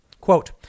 Quote